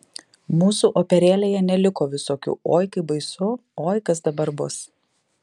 mūsų operėlėje neliko visokių oi kaip baisu oi kas dabar bus